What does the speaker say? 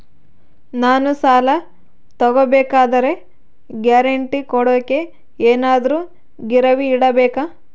ನಾನು ಸಾಲ ತಗೋಬೇಕಾದರೆ ಗ್ಯಾರಂಟಿ ಕೊಡೋಕೆ ಏನಾದ್ರೂ ಗಿರಿವಿ ಇಡಬೇಕಾ?